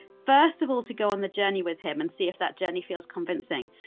first of all, to go on the journey with him and see if that journey feels convincing,